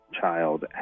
child